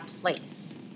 place